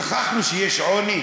שכחנו שיש עוני?